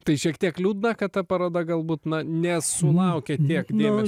tai šiek tiek liūdna kad ta paroda galbūt na nesulaukė tiek dėmes